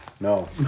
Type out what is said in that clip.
No